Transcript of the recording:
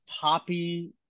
poppy